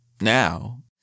Now